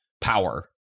power